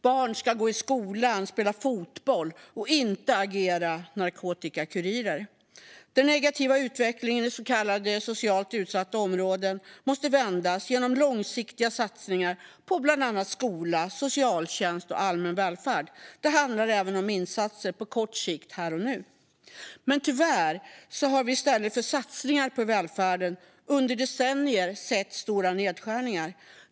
Barn ska gå i skolan och spela fotboll, inte agera narkotikakurirer. Den negativa utvecklingen i socialt utsatta områden måste vändas genom långsiktiga satsningar på bland annat skola, socialtjänst och allmän välfärd. Det handlar även om insatser på kort sikt här och nu. Tyvärr har vi i stället för satsningar på välfärden under decennier sett stora nedskärningar.